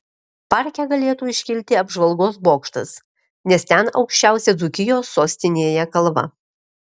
parke galėtų iškilti apžvalgos bokštas nes ten aukščiausia dzūkijos sostinėje kalva